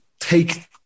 take